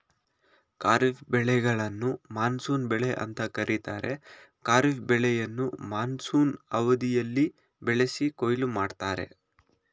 ಖಾರಿಫ್ ಬೆಳೆಗಳನ್ನು ಮಾನ್ಸೂನ್ ಬೆಳೆ ಅಂತ ಕರೀತಾರೆ ಖಾರಿಫ್ ಬೆಳೆಯನ್ನ ಮಾನ್ಸೂನ್ ಅವಧಿಯಲ್ಲಿ ಬೆಳೆಸಿ ಕೊಯ್ಲು ಮಾಡ್ತರೆ